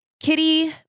Kitty